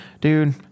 dude